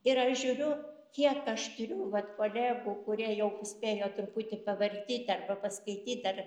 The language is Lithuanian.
ir aš žiūriu kiek aš turiu vat kolegų kurie jau spėjo truputį pavartyt arba paskaityt ar